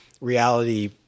reality